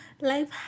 life